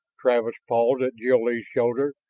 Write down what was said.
travis pawed at jil-lee's shoulder.